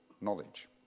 knowledge